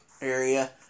area